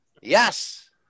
Yes